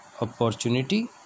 opportunity